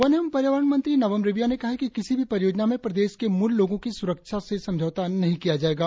one एवं पर्यावरण मंत्री नाबम रेबिया ने कहा है कि किसी भी परियोजना में प्रदेश के मूल लोगों की सुरक्षा से समझौता नही किया जाएगा